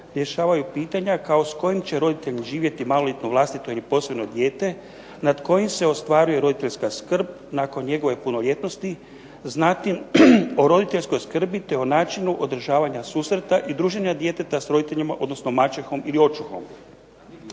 rješavaju pitanja kao s kojim će roditeljem živjeti maloljetno vlastito ili posvojeno dijete nad kojim se ostvaruje roditeljska skrb nakon njegove punoljetnosti, zatim o roditeljskoj skrbi te o načinu održavanja susreta i druženja djeteta s roditeljima, odnosno maćehom ili očuhom.